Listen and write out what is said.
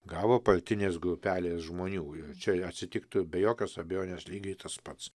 gavo partinės grupelės žmonių ir čia atsitiktų be jokios abejonės lygiai tas pats